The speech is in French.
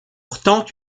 portant